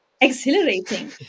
exhilarating